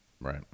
Right